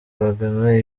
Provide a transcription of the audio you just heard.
bagana